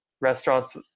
restaurants